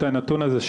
את הנתון הזה,